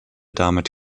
damit